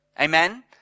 Amen